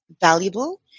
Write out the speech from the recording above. valuable